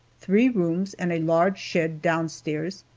three rooms and a large shed downstairs,